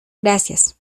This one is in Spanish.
gracias